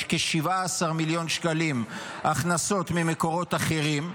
יש כ-17 מיליון שקלים הכנסות ממקורות אחרים,